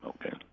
Okay